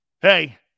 Hey